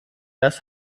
das